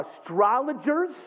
Astrologers